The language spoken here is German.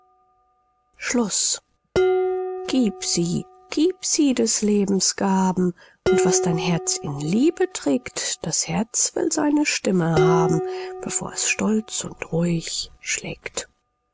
gieb sie gieb sie des lebens gaben und was dein herz in liebe trägt das herz will seine stimme haben bevor es stolz und ruhig schlägt